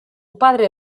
padre